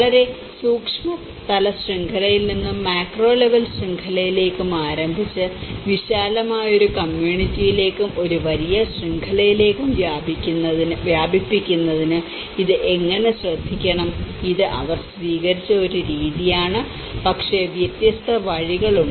വളരെ സൂക്ഷ്മതല ശൃംഖലയിൽ നിന്നും മാക്രോ ലെവൽ ശൃംഖലയിലേക്കും ആരംഭിച്ച് വിശാലമായ ഒരു കമ്മ്യൂണിറ്റിയിലേക്കും ഒരു വലിയ ശൃംഖലയിലേക്കും വ്യാപിപ്പിക്കുന്നതിന് ഇത് എങ്ങനെ ശ്രദ്ധിക്കണം ഇത് അവർ സ്വീകരിച്ച ഒരു രീതിയാണ് പക്ഷേ വ്യത്യസ്ത വഴികളുണ്ട്